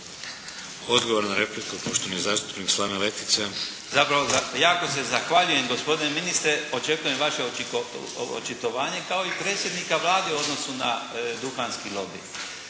Odgovor na repliku poštovani zastupnik Slaven Letica. **Letica, Slaven (Nezavisni)** Zapravo, jako se zahvaljujem gospodine ministre. Očekujem vaše očitovanje kao i predsjednika Vlade u odnosu na duhanski lobij.